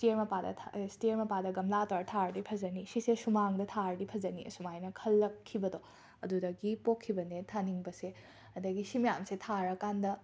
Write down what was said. stair ꯃꯄꯥꯗ ꯊ ꯁ꯭ꯇ꯭ꯌꯔ ꯃꯄꯥꯗ ꯒꯝꯂꯥ ꯇꯧꯔꯒ ꯊꯥꯔꯗꯤ ꯐꯖꯅꯤ ꯁꯤꯁꯦ ꯁꯨꯃꯥꯡꯗ ꯊꯥꯔꯗꯤ ꯐꯖꯅꯤ ꯑꯁꯨꯃꯥꯏꯅ ꯈꯜꯂꯛꯈꯤꯕꯗꯣ ꯑꯗꯨꯗꯒꯤ ꯄꯣꯛꯈꯤꯕꯅꯦ ꯊꯥꯅꯤꯡꯕꯁꯦ ꯑꯗꯒꯤ ꯁꯤ ꯃꯌꯥꯝꯁꯦ ꯊꯥꯔꯀꯥꯟꯗ